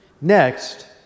Next